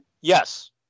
Yes